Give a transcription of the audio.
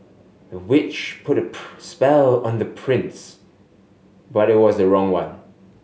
the witch put a spell on the prince but it was the wrong one